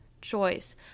choice